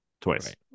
Twice